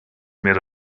made